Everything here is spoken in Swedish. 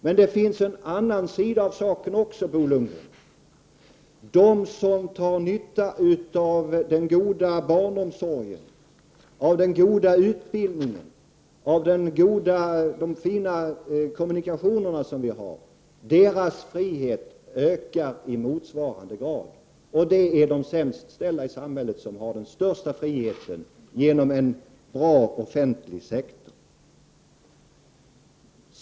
Men det finns en annan sida av saken också, Bo Lundgren. De som har nytta av den goda barnomsorgen, av den goda utbildningen, av de fina ko 1munikationerna som vi har, deras frihet ökar i motsvarande grad. Det är «« sämst ställda i samhället som får den största friheten genom en bra offe. lig sektor.